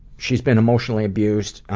she's been emotionally abused,